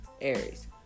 Aries